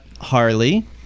Harley